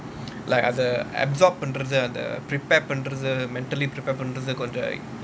like absorb பண்றது அத:pandrathu atha prepared பண்றது:pandrathu mentally prepared பண்றது கொஞ்சம்:pandrathu konjam